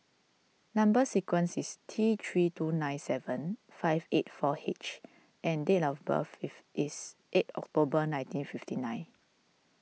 Number Sequence is T three two nine seven five eight four H and date of birth if is eight October nineteen fifty nine